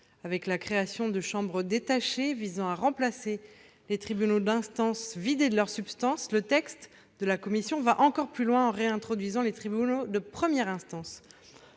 de la création de chambres détachées visant à remplacer les tribunaux d'instance vidés de leur substance ; la commission est allée encore plus loin en réintroduisant les tribunaux de première instance.